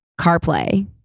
CarPlay